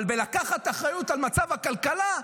אבל בלקחת אחריות על מצב הכלכלה,